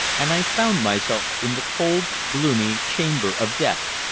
and i found myself in the cold, gloomy chamber of death.